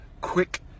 quick